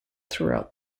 throughout